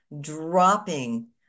dropping